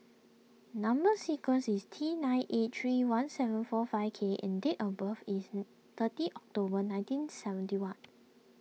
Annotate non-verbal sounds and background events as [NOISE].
Number Sequence is T nine eight three one seven four five K and date of birth is thirty October nineteen seventy one [NOISE]